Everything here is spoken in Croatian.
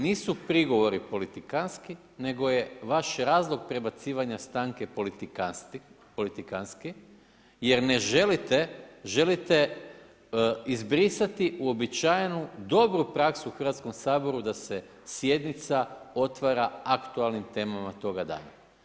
Nisu prigovori politikantski nego je vaš razlog prebacivanje stanke polutanski, jer ne želite, želite izbrisati uobičajenu dobru praksu u Hrvatskom saboru da se sjednica otvara aktualnim temama toga dana.